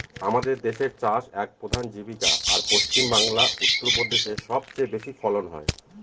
আমাদের দেশের চাষ এক প্রধান জীবিকা, আর পশ্চিমবাংলা, উত্তর প্রদেশে সব চেয়ে বেশি ফলন হয়